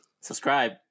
Subscribe